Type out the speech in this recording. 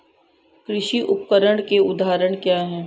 कृषि उपकरण के उदाहरण क्या हैं?